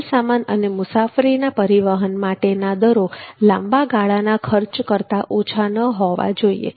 માલ સામાન અને મુસાફરીના પરિવહન માટેના દરો લાંબાગાળાના ખર્ચ કરતા ઓછા ન હોવા જોઈએ